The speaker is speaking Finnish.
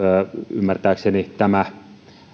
ymmärtääkseni tämä